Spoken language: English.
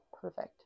perfect